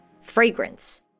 fragrance